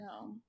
no